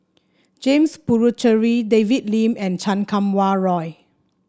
James Puthucheary David Lim and Chan Kum Wah Roy